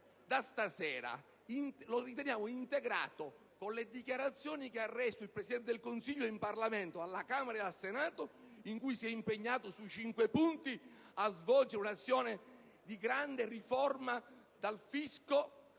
da stasera, con le dichiarazioni che ha reso il Presidente del Consiglio in Parlamento, alla Camera e al Senato, con cui si è impegnato sui cinque punti a svolgere un'azione di grande riforma (dal fisco